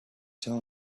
tell